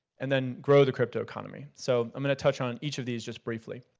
and then grow the cryptoeconomy. so i'm gonna touch on each of these just briefly.